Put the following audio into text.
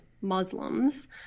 Muslims